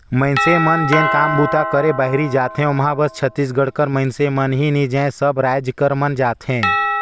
मइनसे मन जेन काम बूता करे बाहिरे जाथें ओम्हां बस छत्तीसगढ़ कर मइनसे मन ही नी जाएं सब राएज कर मन जाथें